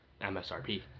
msrp